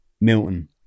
Milton